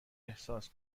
احساس